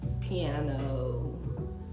piano